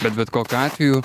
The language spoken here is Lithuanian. bet bet kokiu atveju